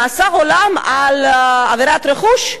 מאסר עולם על עבירת רכוש,